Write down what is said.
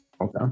Okay